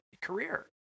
career